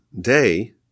day